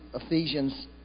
Ephesians